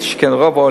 זה מה שאנחנו רוצים.